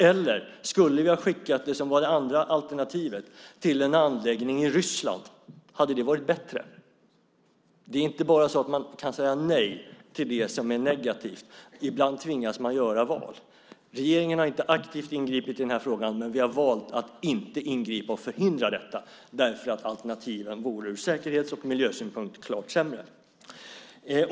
Eller skulle vi ha skickat det, som var det andra alternativet, till en anläggning i Ryssland? Hade det varit bättre? Det är inte så att man bara kan säga nej till det som är negativt. Ibland tvingas man göra val. Regeringen har inte aktivt ingripit i den här frågan, men vi har valt att inte ingripa och förhindra detta därför att alternativen ur säkerhets och miljösynpunkt vore klart sämre.